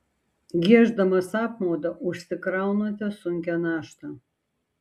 gieždamas apmaudą užsikraunate sunkią naštą